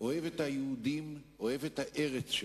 אוהב את היהודים, אוהב את הארץ שלו.